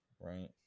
Right